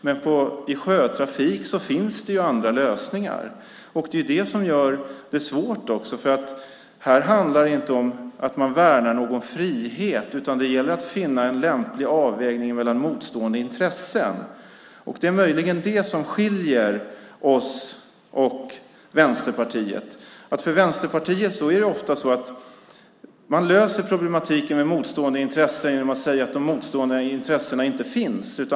Men i sjötrafik finns det andra lösningar. Det är det som gör det svårt. Här handlar det inte om att man värnar någon frihet, utan det gäller att finna en lämplig avvägning mellan motstående intressen. Det är möjligen det som skiljer oss och Vänsterpartiet åt. För Vänsterpartiet är det ofta så att man löser problematiken med motstående intressen genom att säga att de motstående intressena inte finns.